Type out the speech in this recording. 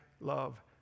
love